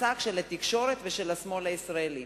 מצג של התקשורת ושל השמאל הישראלי.